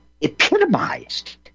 epitomized